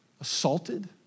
assaulted